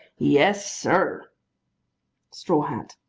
yes, sir straw hat.